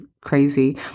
crazy